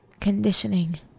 conditioning